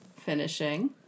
finishing